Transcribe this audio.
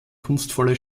kunstvolle